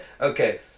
okay